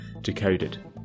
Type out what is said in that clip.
Decoded